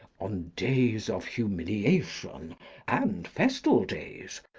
on days of humiliation and festal days.